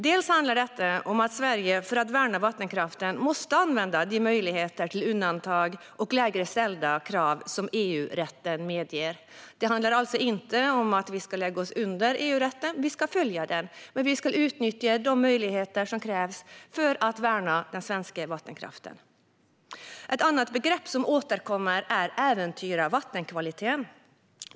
Det handlar om att Sverige för att värna vattenkraften måste använda de möjligheter till undantag och lägre ställda krav som EU-rätten medger. Det handlar alltså inte om att vi ska lägga oss under EU-rätten, utan vi ska följa den. Men vi ska utnyttja de möjligheter som finns för att värna den svenska vattenkraften. Ett annat begrepp som återkommer är "äventyra vattenkvaliteten".